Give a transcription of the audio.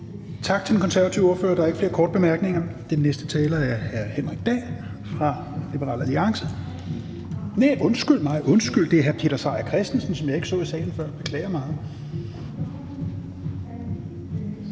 Tak til den konservative ordfører. Der er ikke flere korte bemærkninger. Den næste taler er hr. Henrik Dahl fra Liberal Alliance. Næh, undskyld, det er hr. Peter Seier Christensen, som jeg ikke så i salen før, jeg beklager meget.